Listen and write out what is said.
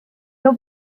nhw